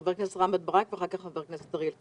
חבר הכנסת רם בן ברק ואחר כך חבר הכנסת אריאל קלנר.